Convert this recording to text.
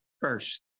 First